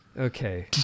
Okay